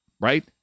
right